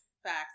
Facts